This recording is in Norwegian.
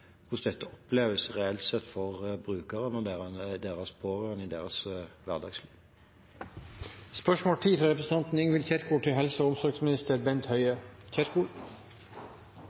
hvordan dette oppleves reelt sett for brukerne og deres pårørende i deres